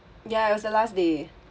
ya it was the last day